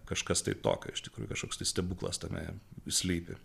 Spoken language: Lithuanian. kažkas tai tokio iš tikrųjų kažkoks stebuklas tame slypi